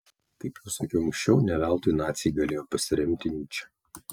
kaip jau sakiau anksčiau ne veltui naciai galėjo pasiremti nyče